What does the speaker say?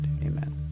Amen